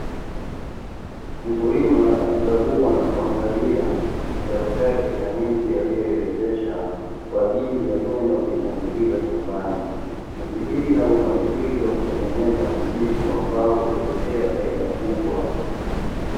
Mkulima akikagua na kuangalia vitalu vyake vya miche aliyoiotesha kwa ajili ya kwenda kuipandikiza shambani. Miche hii inavyopandikizwa hutengeneza msitu ambao hutuletea faida kubwa.